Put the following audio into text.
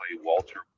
Walter